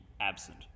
absent